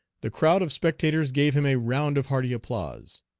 the crowd of spectators gave him a round of hearty applause.